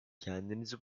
kendimizi